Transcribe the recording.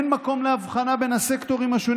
אין מקום להבחנה בין הסקטורים השונים